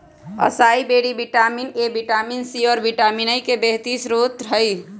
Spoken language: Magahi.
असाई बैरी विटामिन ए, विटामिन सी, और विटामिनई के बेहतरीन स्त्रोत हई